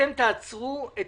אתם תעצרו את